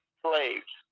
slaves